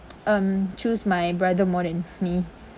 um choose my brother more than me